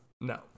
no